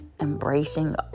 embracing